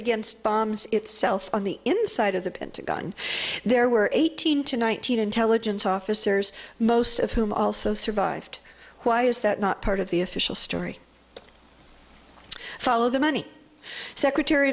against bombs itself on the inside of the pentagon there were eighteen to nineteen intelligence officers most of whom also survived why is that not part of the official story follow the money secretary